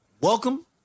welcome